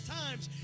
times